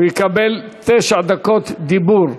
הוא יקבל תשע דקות דיבור.